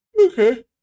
Okay